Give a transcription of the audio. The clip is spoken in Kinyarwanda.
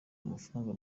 amafaranga